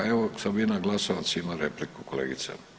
Evo Sabina Glasovac ima repliku, kolegica.